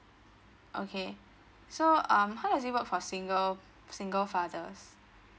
okay so um how does it work for single single fathers